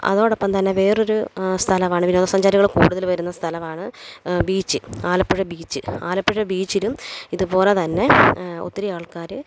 അതോടൊപ്പം തന്നെ വേറൊരു സ്ഥലമാണ് വിനോദ സഞ്ചാരികള് കൂടുതല് വരുന്ന സ്ഥലമാണ് ബീച്ച് ആലപ്പുഴ ബീച്ച് ആലപ്പുഴ ബീച്ചിലും ഇതുപോല തന്നെ ഒത്തിരി ആൾക്കാര്